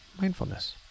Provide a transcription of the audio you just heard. mindfulness